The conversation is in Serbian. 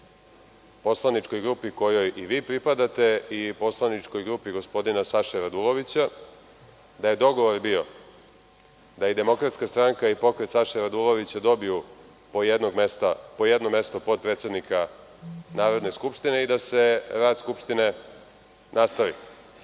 poslaničkoj grupi kojoj i vi pripadate i poslaničkoj grupi gospodina Saše Radulovića, da je dogovor bio da i DS i Pokret Saše Radulovića dobiju po jedno mesto potpredsednika Narodne skupštine i da se rad Skupštine nastavi. Vaše